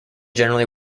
generally